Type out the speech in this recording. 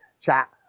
chat